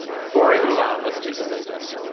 before we move on, let's do some business.